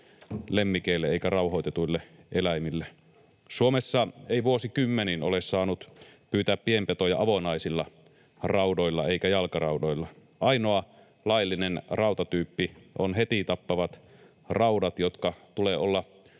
lemmikeille eikä rauhoitetuille eläimille. Suomessa ei vuosikymmeniin ole saanut pyytää pienpetoja avonaisilla raudoilla eikä jalkaraudoilla. Ainoa laillinen rautatyyppi on heti tappavat raudat, jotka tulee olla